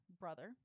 brother